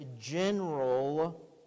general